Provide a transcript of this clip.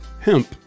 hemp